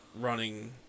running